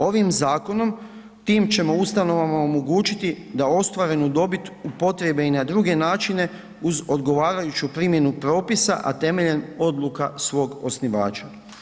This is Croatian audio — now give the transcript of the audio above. Ovim zakonom tim ćemo ustanovama omogućiti da ostvarenu dobit upotrijebe i na druge načine uz odgovarajuću primjenu propisa, a temeljem odluka svog osnivača.